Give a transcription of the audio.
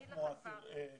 לא כמו ניצול שואה.